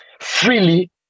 Freely